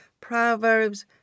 Proverbs